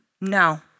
No